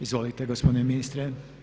Izvolite gospodine ministre.